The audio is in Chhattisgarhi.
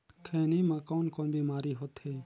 खैनी म कौन कौन बीमारी होथे?